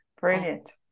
brilliant